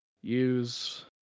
use